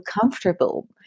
comfortable